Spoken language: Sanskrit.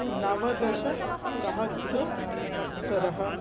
नवदशसहस्रः वत्सरः